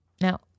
Now